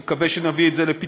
אני מקווה שנביא את זה לפתרון.